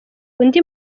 undi